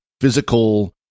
physical